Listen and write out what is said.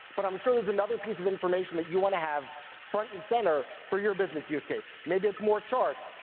but i'm sure there's another piece of information that you wanna have front and center for your business use case. maybe it's more charts,